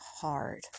hard